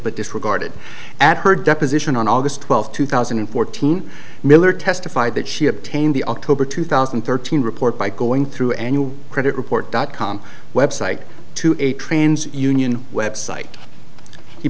but disregarded at her deposition on august twelfth two thousand and fourteen miller testified that she obtained the october two thousand and thirteen report by going through annual credit report dot com website to a trans union website